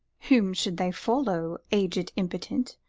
whom should they follow, aged impotent,